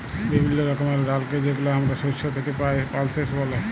বিভিল্য রকমের ডালকে যেগুলা হামরা শস্য থেক্যে পাই, পালসেস ব্যলে